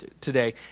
today